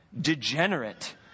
degenerate